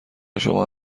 شما